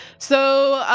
so,